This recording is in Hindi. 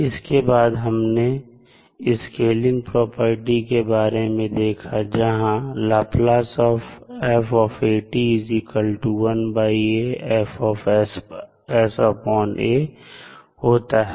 इसके बाद हमने स्केलिंग प्रॉपर्टी के बारे में देखा जहां होता है